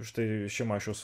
štai šimašius